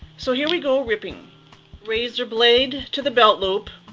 so here we go ripping razor blade to the belt loop,